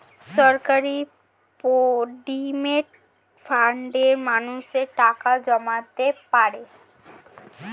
সরকারি প্রভিডেন্ট ফান্ডে মানুষ টাকা জমাতে পারে